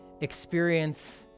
experience